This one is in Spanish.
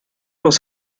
los